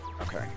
Okay